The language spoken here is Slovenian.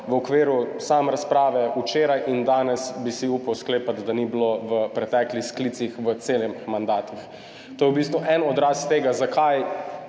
v okviru same razprave včeraj in danes, bi si upal sklepati, da ni bilo v preteklih sklicih v celem mandatu. To je v bistvu en odraz tega zakaj,